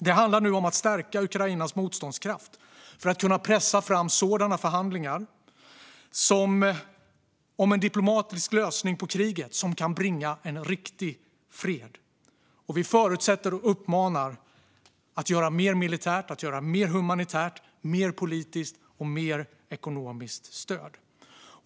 Det handlar nu om att stärka Ukrainas motståndskraft för att kunna pressa fram förhandlingar om en diplomatisk lösning på kriget som kan bringa en riktig fred. Vi förutsätter och uppmanar till att göra mer militärt, mer humanitärt, mer politiskt och till mer ekonomiskt stöd.